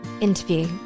interview